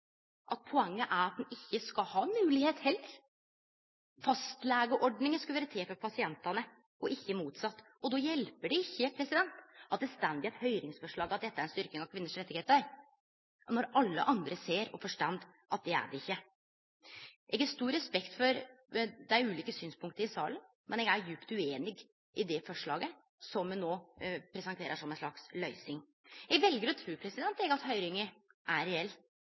ein ikkje skal ha moglegheit heller. Fastlegeordninga skal vere til for pasientane og ikkje motsett. Det hjelper ikkje at det står i eit høyringsforslag at dette er ei styrking av kvinners rettar, når alle andre ser og forstår at det er det ikkje. Eg har stor respekt for dei ulike synspunkta i salen, men eg er djupt ueinig i det forslaget som ein no presenterer som ei slags løysing. Eg vel å tru at høyringa er reell. Eg oppmodar alle som bur i dette landet, til å delta i den høyringa,